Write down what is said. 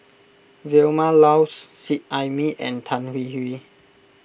Vilma Laus Seet Ai Mee and Tan Hwee Hwee